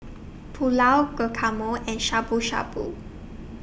Pulao Guacamole and Shabu Shabu